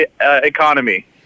economy